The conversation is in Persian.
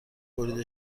بریده